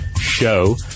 Show